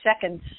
seconds